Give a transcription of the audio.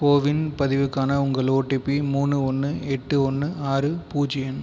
CoWIN பதிவுக்கான உங்கள் OTP மூணு ஒன்று எட்டு ஒன்று ஆறு பூஜ்ஜியம்